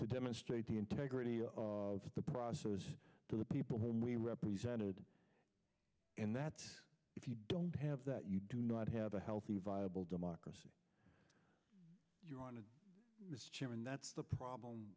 to demonstrate the integrity of the process to the people we represented in that if you don't have that you do not have a healthy viable democracy you're on to this chair and that's the problem